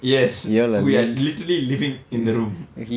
yes we are literally living in the room